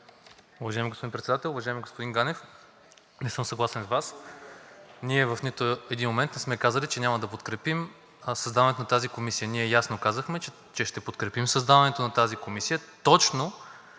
Уважаеми господин Председател, уважаеми господин Ганев! Не съм съгласен с Вас. Ние в нито един момент не сме казали, че няма да подкрепим създаването на тази комисия. Ние ясно казахме, че ще подкрепим създаването на тази комисия точно